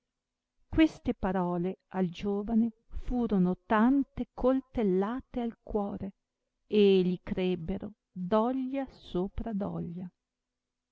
queste parole al giovane furono tante coltellate al cuore e li crebbero doglia sopra doglia